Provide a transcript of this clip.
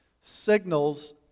signals